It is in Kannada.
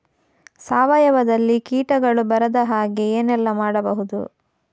ಸಾವಯವದಲ್ಲಿ ಕೀಟಗಳು ಬರದ ಹಾಗೆ ಏನೆಲ್ಲ ಮಾಡಬಹುದು?